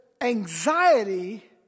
anxiety